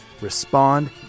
respond